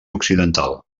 occidental